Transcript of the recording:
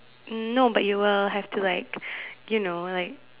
um no but you will have to like you know like